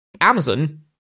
Amazon